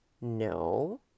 no